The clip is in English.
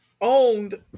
owned